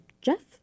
Jeff